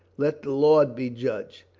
let the lord be judge.